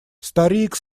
старик